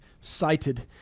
cited